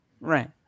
right